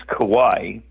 Kauai